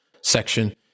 section